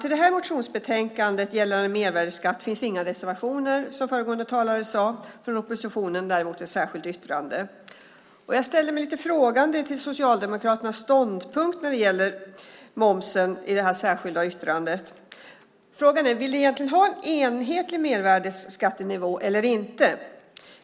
Till det här motionsbetänkandet gällande mervärdesskatt finns inga reservationer från oppositionen, som föregående talar sade, däremot ett särskilt yttrande. Jag ställer mig lite frågande till Socialdemokraternas ståndpunkt när det gäller momsen i det särskilda yttrandet. Frågan är om ni vill ha en enhetlig mervärdesskattenivå eller inte.